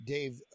Dave